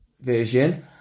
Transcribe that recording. version